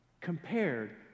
compared